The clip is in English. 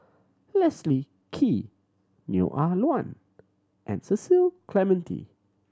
Leslie Kee Neo Ah Luan and Cecil Clementi